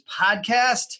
Podcast